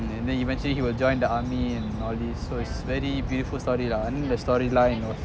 and then eventually he will join the army and all these so it's very beautiful story lah I mean storyline you know